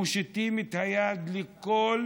מושיטים את היד לכל